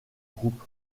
groupe